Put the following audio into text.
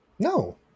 No